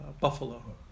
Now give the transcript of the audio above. buffalo